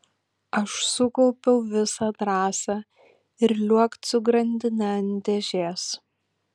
aš sukaupiau visą drąsą ir liuokt su grandine ant dėžės